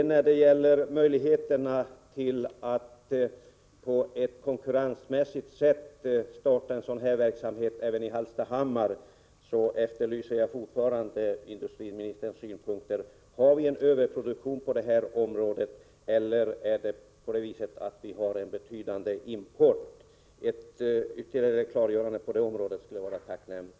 När det gäller möjligheterna att på ett konkurrensmässigt sätt starta en sådan här verksamhet även i Hallstahammar efterlyser jag fortfarande industriministerns synpunkter: Har vi en överproduktion på det här området eller en betydande import? Ett ytterligare klargörande på den punkten skulle vara tacknämligt.